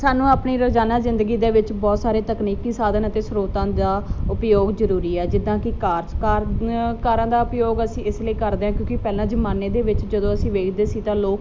ਸਾਨੂੰ ਆਪਣੀ ਰੋਜ਼ਾਨਾ ਜ਼ਿੰਦਗੀ ਦੇ ਵਿੱਚ ਬਹੁਤ ਸਾਰੀ ਤਕਨੀਕੀ ਸਾਧਨ ਅਤੇ ਸਰੋਤਾਂ ਦਾ ਉਪਯੋਗ ਜ਼ਰੂਰੀ ਆ ਜਿੱਦਾਂ ਕਿ ਕਾਰਜ ਕਾਰ ਕਾਰਾਂ ਦਾ ਉਪਯੋਗ ਅਸੀਂ ਇਸ ਲਈ ਕਰਦੇ ਹਾਂ ਕਿਉਂਕਿ ਪਹਿਲਾਂ ਜਮਾਨੇ ਦੇ ਵਿੱਚ ਜਦੋਂ ਅਸੀਂ ਵੇਖਦੇ ਸੀ ਤਾਂ ਲੋਕ